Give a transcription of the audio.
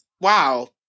wow